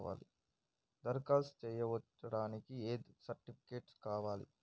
దరఖాస్తు చేస్కోవడానికి ఏ సర్టిఫికేట్స్ కావాలి?